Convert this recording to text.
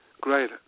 great